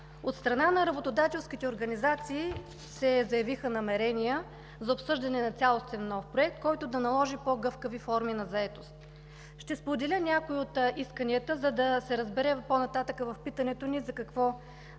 От страна на работодателските организации се заявиха намерения за обсъждане на цялостен нов проект, който да наложи по-гъвкави форми на заетост. Ще споделя някои от исканията, за да се разбере по-нататък в питането ни за какво